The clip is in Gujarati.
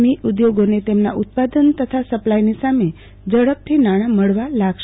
ઈ ઉધોગોને તેમના ઉત્પાદન તથા સપ્લાયની સામે ઝડપથી નાણા લાગશે